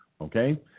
okay